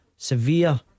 Severe